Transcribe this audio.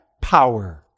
power